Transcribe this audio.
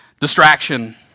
distraction